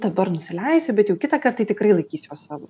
dabar nusileisiu bet jau kitą kartą tai tikrai laikysiuos savo